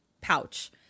pouch